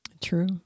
True